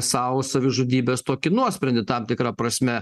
sau savižudybės tokį nuosprendį tam tikra prasme